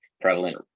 prevalent